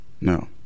No